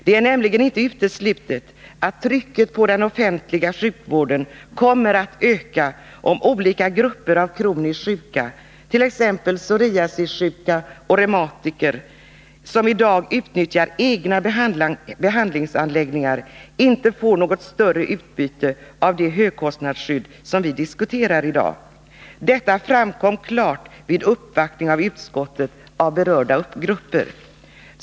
Det är nämligen inte uteslutet att trycket på den offentliga sjukvården kommer att öka om olika grupper av kroniskt sjuka, t.ex. psoriasissjuka och reumatiker, som i dag utnyttjar egna behandlingsanläggningar, inte får något större utbyte av det högkostnadsskydd vi här diskuterar. Detta framkom klart vid uppvaktning av utskottet från berörda grupper.